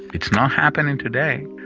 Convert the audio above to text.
it's not happening today,